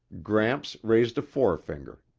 gramps raised a forefinger,